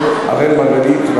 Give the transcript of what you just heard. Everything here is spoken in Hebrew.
חבר הכנסת אראל מרגלית,